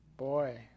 Boy